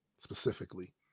specifically